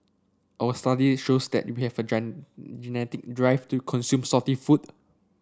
our study shows that we have a genetic drive to consume salty food